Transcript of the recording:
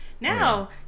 Now